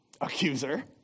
Accuser